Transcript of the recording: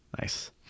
Nice